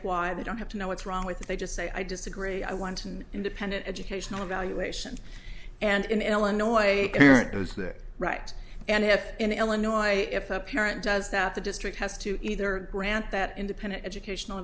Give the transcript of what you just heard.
why they don't have to know what's wrong with it they just say i disagree i want an independent educational evaluation and in illinois parent knows that right and if in illinois if a parent does that the district has to either grant that independent educational